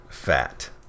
fat